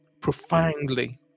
profoundly